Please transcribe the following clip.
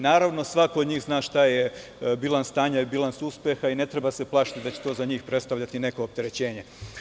Naravno, svako od njih zna šta je bilans stanja, bilans uspeha i ne treba se plašti da će to za njih predstavljati neko opterećenje.